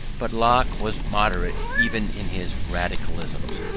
but locke was moderate even in his radicalisms.